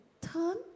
Turn